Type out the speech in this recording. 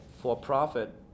for-profit